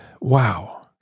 Wow